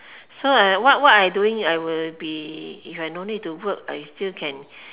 so I what what I doing if I no need to work I can